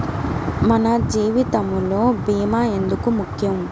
మన జీవితములో భీమా ఎందుకు ముఖ్యం?